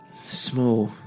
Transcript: small